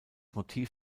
motiv